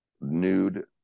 nude